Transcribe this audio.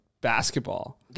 basketball